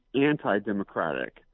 anti-democratic